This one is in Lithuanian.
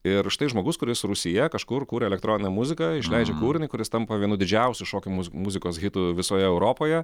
ir štai žmogus kuris rūsyje kažkur kūrė elektroninę muziką išleidžia kūrinį kuris tampa vienu didžiausių šokių muz muzikos hitu visoje europoje